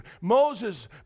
Moses